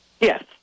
Yes